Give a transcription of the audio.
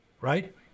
Right